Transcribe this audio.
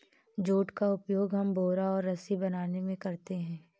jute का उपयोग हम बोरा और रस्सी बनाने में करते हैं